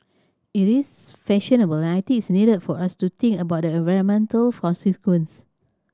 it is fashionable and I think it is needed for us to think about the environmental consequence